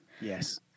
Yes